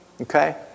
Okay